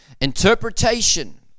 Interpretation